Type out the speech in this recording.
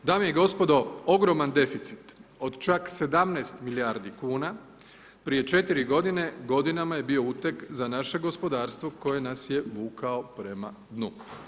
Dame i gospodo, ogroman deficit, od čak 17 milijardi kuna prije četiri godine, godinama je bio uteg za naše gospodarstvo koje nas je vukao prema dnu.